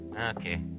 okay